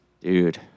Dude